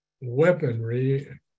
weaponry